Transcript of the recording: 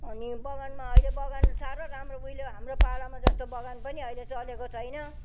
अनि बगानमा अहिले बगान साह्रो राम्रो उहिले हाम्रो पालामा जस्तो बगान पनि अहिले चलेको छैन